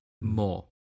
more